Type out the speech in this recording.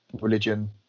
religion